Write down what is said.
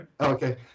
okay